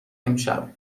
امشب